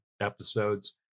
episodes